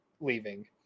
leaving